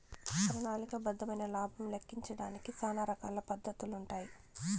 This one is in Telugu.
ప్రణాళిక బద్దమైన లాబం లెక్కించడానికి శానా రకాల పద్దతులుండాయి